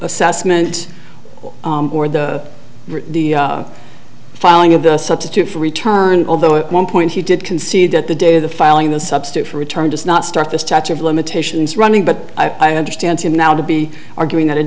assessment or the filing of the substitute for return although at one point he did concede that the day of the filing the substitute for return does not start the statue of limitations running but i understand him now to be arguing that it